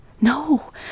No